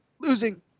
losing